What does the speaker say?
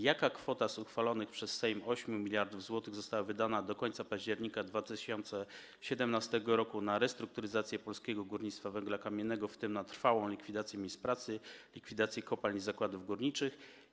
Jaka kwota z uchwalonych przez Sejm 8 mld zł została wydana do końca października 2017 r. na restrukturyzację polskiego górnictwa węgla kamiennego, w tym na trwałą likwidację miejsc pracy, likwidację kopalń i zakładów górniczych?